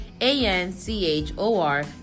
A-N-C-H-O-R